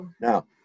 Now